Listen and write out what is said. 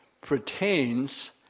pertains